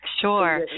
Sure